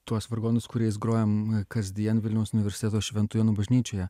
tuos vargonus kuriais grojam e kasdien vilniaus universiteto šventų jonų bažnyčioje